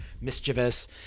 mischievous